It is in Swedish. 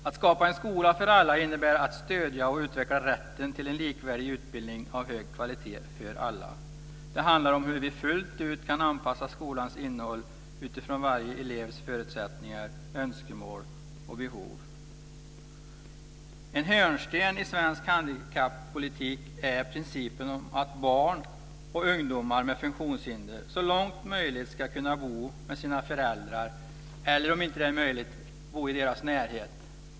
Att skapa en skola för alla innebär att stödja och utveckla rätten till en likvärdig utbildning av god kvalitet för alla. Det handlar om hur vi fullt ut kan anpassa skolans innehåll utifrån varje elevs förutsättningar, önskemål och behov. En hörnsten i svensk handikappolitik är principen om att barn och ungdomar med funktionshinder så långt möjligt ska kunna bo med sina föräldrar eller om det inte är möjligt bo i deras närhet.